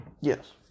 yes